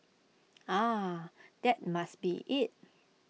ah that must be IT